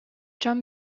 drum